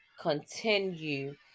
continue